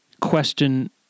question